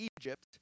Egypt